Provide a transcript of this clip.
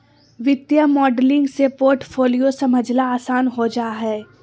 वित्तीय मॉडलिंग से पोर्टफोलियो समझला आसान हो जा हय